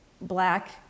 black